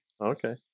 Okay